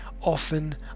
often